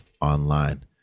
online